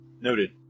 Noted